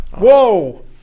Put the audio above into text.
Whoa